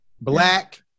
Black